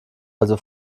also